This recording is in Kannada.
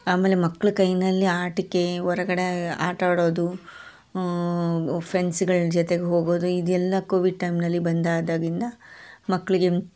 ಆಮೇಲೆ ಮಕ್ಳ ಕೈಯಲ್ಲಿ ಆಟಿಕೆ ಹೊರಗಡೆ ಆಟ ಆಡೋದು ಫ್ರೆಂಡ್ಸ್ಗಳ ಜೊತೆ ಹೋಗೋದು ಇದೆಲ್ಲ ಕೋವಿಡ್ ಟೈಮ್ನಲ್ಲಿ ಬಂದ್ ಆದಾಗಿಂದ ಮಕ್ಕಳಿಗೆ